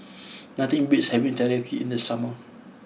nothing beats having Teriyaki in the summer